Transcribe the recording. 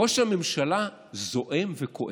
ראש הממשלה זועם וכועס.